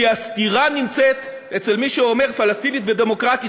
כי הסתירה נמצאת אצל מי שאומר: פלסטינית ודמוקרטית,